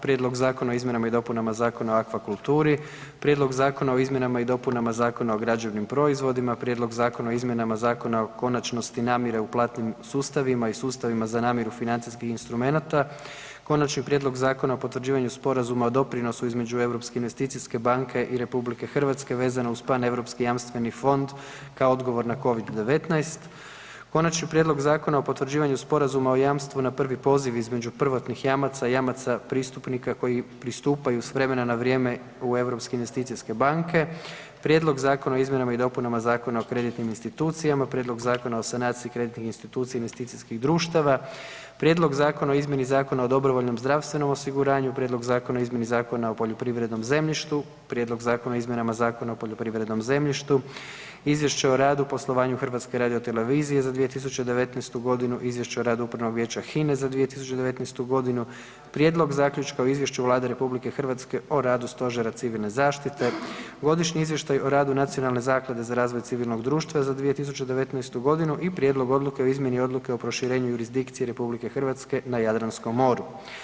Prijedlog zakona o izmjenama i dopunama Zakona o akvakulturi, Prijedlog zakona o izmjenama i dopunama Zakona o građevnim proizvodima, Prijedlog zakona o izmjenama Zakona o konačnosti namjere u platnim sustavima i sustavima za namjeru financijskih instrumenata, Konačni prijedlog Zakona o potvrđivanju sporazuma o doprinosu između Europske investicijske banke i RH vezano uz paneuropski jamstveni fond kao odgovor na COVID-19, Konačni prijedlog Zakona o potvrđivanju sporazuma o jamstvu na prvi poziv između prvotnih jamaca i jamaca pristupnika koji pristupaju s vremena na vrijeme u europske investicijske banke, Prijedlog zakona o izmjenama i dopunama Zakona o kreditnim institucijama, Prijedlog Zakona o sanaciji kreditnih institucija i investicijskih društava, Prijedlog zakona o izmjeni Zakona o dobrovoljnom zdravstvenom osiguranju, Prijedlog zakona o izmjeni Zakona o poljoprivrednom zemljištu, Izvješće o radu i poslovanju HRT-a za 2019. godinu, Izvješće o radu Upravnog vijeća HINA-e za 2019. godinu, Prijedlog zaključka o izvješću Vlade RH o radu Stožera civilne zaštite, Godišnji izvještaj o radu Nacionalne zaklade za razvoj civilnog društva za 2019. godinu i Prijedlog odluke o izmjeni odluke o proširenju jurisdikcije RH na Jadranskom moru.